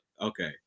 okay